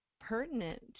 pertinent